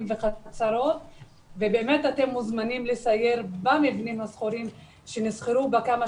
כאשר נמצאים בבית ספר אחד 900 תלמידים ובבית